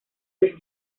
los